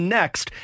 next